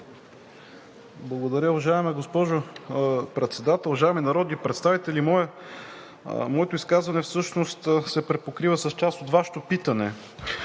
Благодаря, уважаема госпожо Председател Уважаеми народни представители, моето изказване всъщност се припокрива с част от Вашето питане.